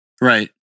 Right